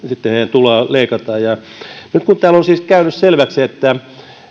heidän tulojaan leikataan nyt kun täällä on siis käynyt selväksi että